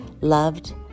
loved